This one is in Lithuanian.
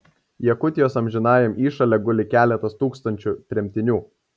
jakutijos amžinajam įšale guli keletas tūkstančių tremtinių